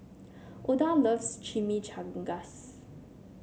Oda loves Chimichangas